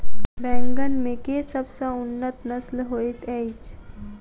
बैंगन मे केँ सबसँ उन्नत नस्ल होइत अछि?